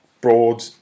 broad